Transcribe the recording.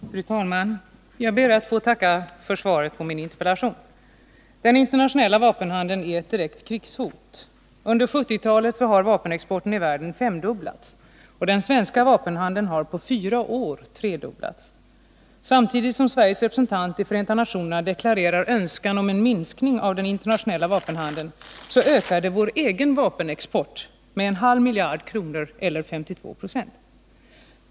Fru talman! Jag ber att få tacka för svaret på min interpellation. Den internationella vapenhandeln är ett direkt krigshot. Under 1970-talet har vapenexporten i världen femdubblats. Den svenska vapenhandeln har på fyra år tredubblats. Samtidigt som Sveriges representant i Förenta nationerna deklarerar önskan om en minskning av den internationella vapenhandeln ökade vår egen vapenexport med en halv miljard kronor eller 52 20.